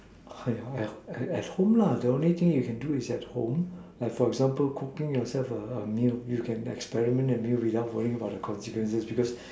at home at at home lah the only thing you can do is at home like for example cooking yourself a a meal you can experiment a meal without worrying about the consequences because